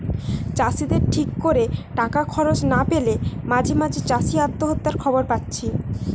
চাষিদের ঠিক কোরে টাকা খরচ না পেলে মাঝে মাঝে চাষি আত্মহত্যার খবর পাচ্ছি